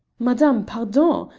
madame pardon!